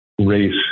race